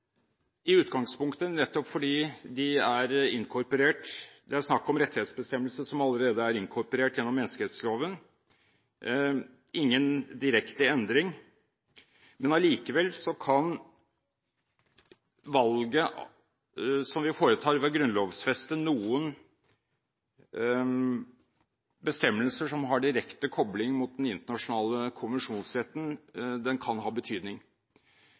i utgangspunktet, nettopp fordi det er snakk om rettighetsbestemmelser som allerede er inkorporert gjennom menneskerettsloven, ingen direkte endring. Men allikevel kan valget som vi foretar ved å grunnlovfeste noen bestemmelser som har direkte kobling mot den internasjonale konvensjonsretten, ha betydning.